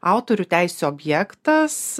autorių teisių objektas